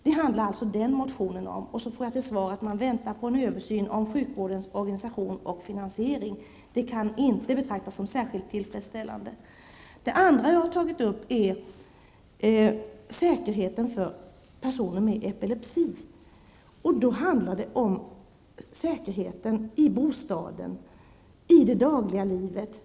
Detta är alltså vad som tas upp i den motionen, och utskottet skriver då att man väntar på en översyn av sjukvårdens organisation och finansiering. Det kan inte betraktas som särskilt tillfredsställande. Min andra motion handlar om säkerheten för personer med epilepsi, dvs. säkerheten i bostaden och i det dagliga livet.